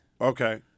Okay